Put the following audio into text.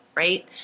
Right